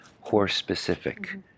horse-specific